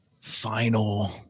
final